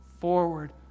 forward